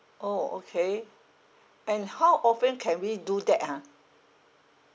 orh okay and how often can we do that ha